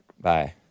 Bye